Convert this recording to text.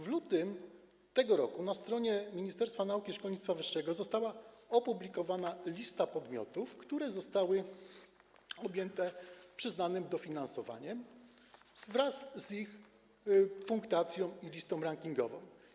W lutym tego roku na stronie Ministerstwa Nauki i Szkolnictwa Wyższego została opublikowana lista podmiotów, które zostały objęte przyznanym dofinansowaniem, wraz z punktacją i listą rankingową.